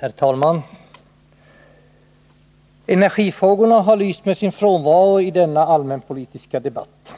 Herr talman! Energifrågorna har lyst med sin frånvaro i denna allmänpolitiska debatt